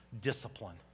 discipline